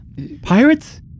Pirates